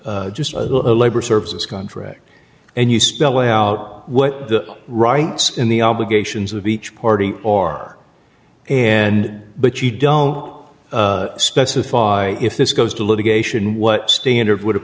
just a labor services contract and you spell out what the rights in the obligations of each party are and but you don't specify if this goes to litigation what standard would